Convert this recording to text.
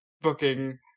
booking